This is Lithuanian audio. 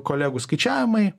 kolegų skaičiavimai